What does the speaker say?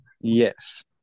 Yes